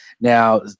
Now